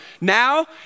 now